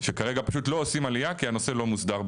שכרגע פשוט לא עושים עלייה כי הנושא לא מוסדר בישראל.